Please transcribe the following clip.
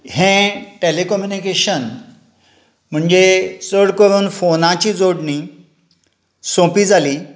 हें टॅलिकम्युनिकेशन म्हणजे चड करून फोनाची जोडणी सोंपी जाली